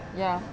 ya